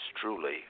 truly